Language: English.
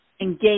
engage